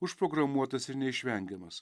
užprogramuotas ir neišvengiamas